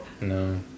No